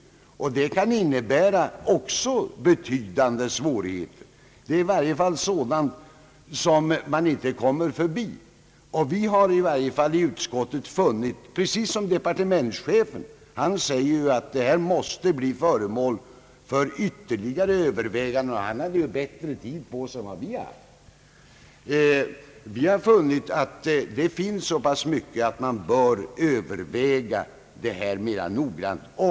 Detta kan också innebära betydande svårigheter. Det är i varje fall sådant som man inte kommer förbi. Departementschefen säger att detta måste bli föremål för ytterligare över väganden, och han hade ju bättre tid på sig än vad vi har haft. Vi har precis som :departementschefen funnit att man bör överväga detta mera noggrant.